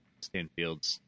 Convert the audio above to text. Stanfield's